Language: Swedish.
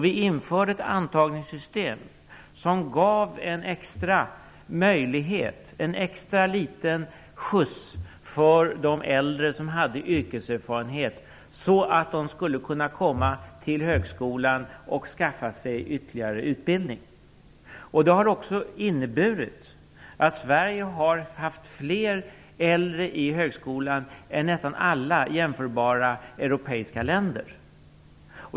Vi införde ett antagningssystem som gav en extra möjlighet, en liten extra skjuts, för de äldre som hade yrkeserfarenhet, så att de skulle kunna komma till högskolan och skaffa sig ytterligare utbildning. Det har också inneburit att Sverige har haft fler äldre i högskolan än nästan alla jämförbara europeiska länder.